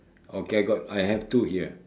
okay I got I have two here